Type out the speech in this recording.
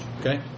okay